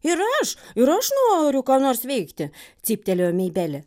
ir aš ir aš noriu ką nors veikti cyptelėjo meibelė